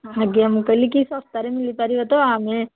ଆଜ୍ଞା ମୁଁ କହିଲି କି ଶସ୍ତାରେ ମିିଲିପାରିବ ତ ଆମେ